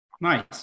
nice